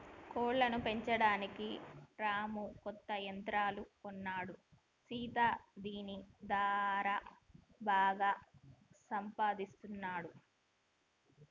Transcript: కోళ్లను పెంచడానికి రాము కొత్త యంత్రాలు కొన్నాడు సీత దీని దారా బాగా సంపాదిస్తున్నాడు